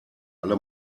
alle